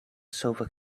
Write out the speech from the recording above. silver